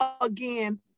again